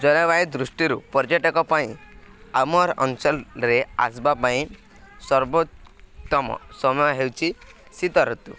ଜଳବାୟୁ ଦୃଷ୍ଟିରୁ ପର୍ଯ୍ୟଟକ ପାଇଁ ଆମର୍ ଅଞ୍ଚଳରେ ଆସବା ପାଇଁ ସର୍ବୋତ୍ତମ ସମୟ ହେଉଛିି ଶୀତଋତୁ